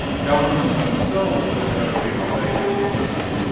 governments, themselves, don't have a big debate internally.